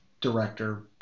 director